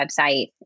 website